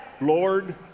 Lord